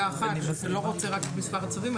אתה לא רוצה רק את מספר הצווים,